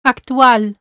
Actual